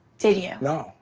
did you? no.